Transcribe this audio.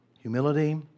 humility